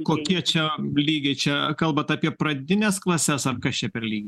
kokie čia lygiai čia kalbat apie pradines klases ar kas čia per lygiai